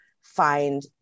find